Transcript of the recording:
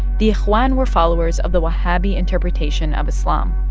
the ah ikhwan were followers of the wahhabi interpretation of islam.